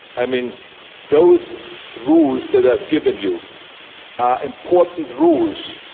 i mean those rules that i've given you are important rules,